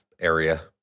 area